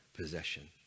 possession